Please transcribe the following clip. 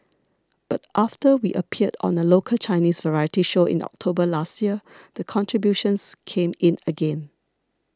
but after we appeared on a local Chinese variety show in October last year the contributions came in again